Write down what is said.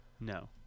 No